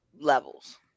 levels